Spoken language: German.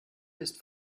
ist